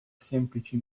semplici